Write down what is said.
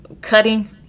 cutting